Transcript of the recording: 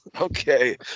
Okay